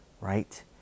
right